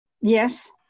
Yes